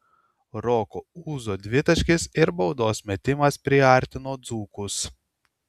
roko ūzo dvitaškis ir baudos metimas priartino dzūkus